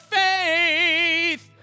faith